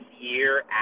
year